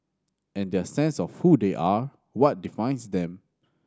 and their sense of who they are what defines them